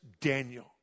Daniel